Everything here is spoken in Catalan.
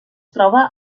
troba